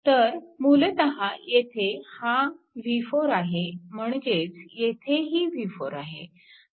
तर मूलतः येथे हा v4 आहे म्हणजे येथेही v4 आहे